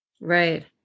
Right